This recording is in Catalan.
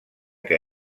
que